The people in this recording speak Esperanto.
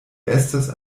estas